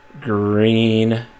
green